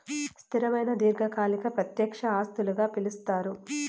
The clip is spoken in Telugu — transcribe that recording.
స్థిరమైన దీర్ఘకాలిక ప్రత్యక్ష ఆస్తులుగా పిలుస్తారు